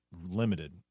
Limited